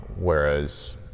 whereas